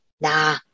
nah